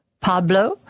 Pablo